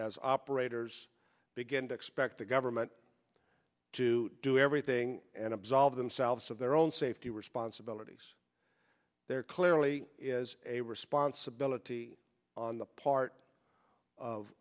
as operators begin to expect the government to do everything and absolve themselves of their own safety responsibilities there clearly is a responsibility on the part of